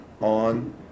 on